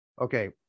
Okay